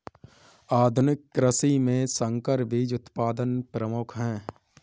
आधुनिक कृषि में संकर बीज उत्पादन प्रमुख है